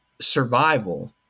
survival